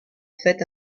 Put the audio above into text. fait